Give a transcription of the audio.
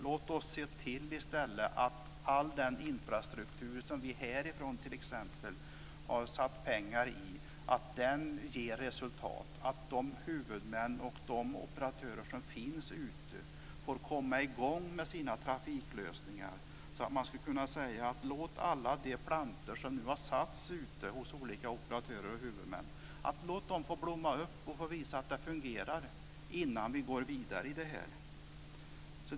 Låt oss i stället se till att all den infrastruktur som vi t.ex. härifrån har satt pengar i ger resultat, att de huvudmän och de operatörer som finns ute får komma i gång med sina trafiklösningar. Man skulle kunna säga: Låt alla de plantor som satts ute hos olika operatörer och huvudmän blomma upp och visa att det fungerar innan vi går vidare.